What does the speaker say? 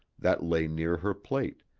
that lay near her plate,